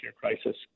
crisis